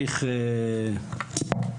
היו"ר.